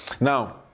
Now